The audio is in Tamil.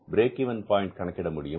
பிரேக் இவென் பாயின்ட் கணக்கிட முடியும்